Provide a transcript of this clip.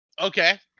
Okay